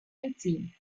entziehen